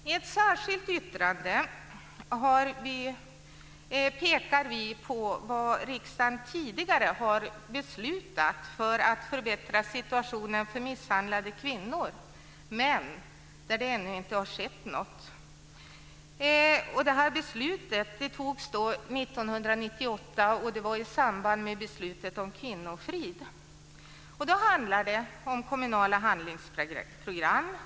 I ett särskilt yttrande pekar vi på vad riksdagen tidigare har beslutat för att förbättra situationen för misshandlade kvinnor, men där det ännu inte har skett något. Det här beslutet fattades 1998 i samband beslutet om kvinnofrid. Det handlar om kommunala handlingsprogram.